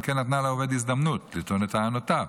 כן נתנה לעובד הזדמנות לטעון את טענותיו.